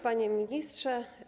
Panie Ministrze!